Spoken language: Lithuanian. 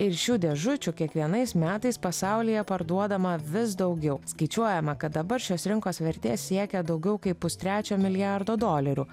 ir šių dėžučių kiekvienais metais pasaulyje parduodama vis daugiau skaičiuojama kad dabar šios rinkos vertė siekia daugiau kaip pustrečio milijardo dolerių